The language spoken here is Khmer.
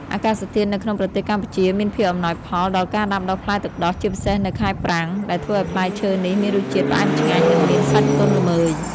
អាកាសធាតុនៅក្នុងប្រទេសកម្ពុជាមានភាពអំណោយផលដល់ការដាំដុះផ្លែទឹកដោះ ជាពិសេសនៅខែប្រាំង ដែលធ្វើឲ្យផ្លែឈើនេះមានរសជាតិផ្អែមឆ្ងាញ់ និងមានសាច់ទន់ល្មើយ។